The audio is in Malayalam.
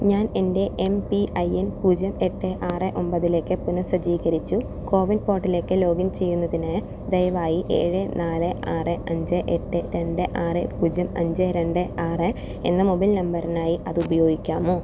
ഞാൻ എൻ്റെ എം പി ഐ എൻ പൂജ്യം എട്ട് ആറ് ഒമ്പതിലേക്ക് പുനഃസജ്ജീകരിച്ചു കോ വിൻ പോർട്ടിലേക്ക് ലോഗിൻ ചെയ്യുന്നതിന് ദയവായി ഏഴ് നാല് ആറ് അഞ്ച് എട്ട് രണ്ട് ആറ് പൂജ്യം അഞ്ച് രണ്ട് ആറ് എന്ന മൊബൈൽ നമ്പറിനായി അത് ഉപയോഗിക്കാമോ